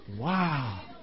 Wow